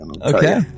Okay